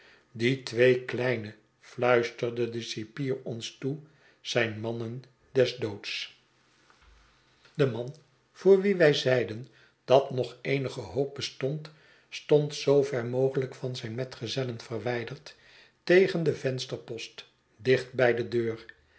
die twee kleine fluisterde de cipier ons toe zijn mannen des doods de man voor wien wij zeiden dat nog eenige hoop b esto nd stond zoover mogelijk van zijn metgezellen verwijderd tegen den vensterpost dicht bij de deur